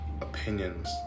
opinions